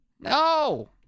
No